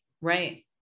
Right